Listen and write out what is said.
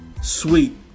sweet